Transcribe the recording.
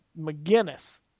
mcginnis